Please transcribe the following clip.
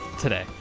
today